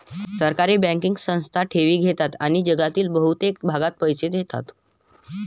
सहकारी बँकिंग संस्था ठेवी घेतात आणि जगातील बहुतेक भागात पैसे देतात